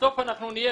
בסוף אנחנו נהיה,